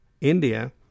India